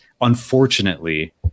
unfortunately